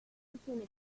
alcune